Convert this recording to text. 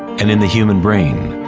and in the human brain.